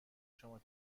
شما